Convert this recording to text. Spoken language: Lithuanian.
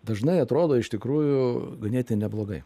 dažnai atrodo iš tikrųjų ganėtai neblogai